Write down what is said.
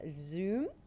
Zoom